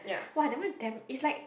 !wah! that one damn it's like